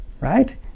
right